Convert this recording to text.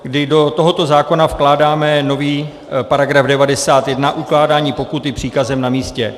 kdy do tohoto zákona vkládáme nový § 91 Ukládání pokuty příkazem na místě.